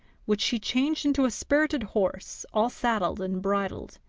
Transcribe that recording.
which she changed into a spirited horse, all saddled and bridled,